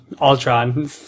Ultron